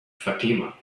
fatima